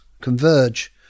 converge